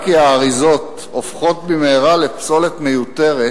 שהאריזות הופכות במהרה לפסולת מיותרת,